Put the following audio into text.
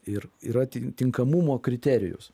ir yra tik tinkamumo kriterijus